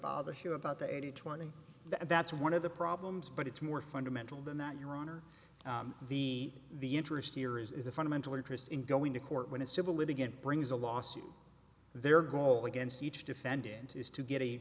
bothers you about the eighty twenty that's one of the problems but it's more fundamental than that your honor the the interest here is a fundamental interest in going to court when a civil litigants brings a lawsuit their goal against each defendant is to get a